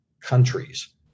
countries